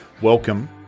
welcome